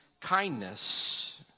kindness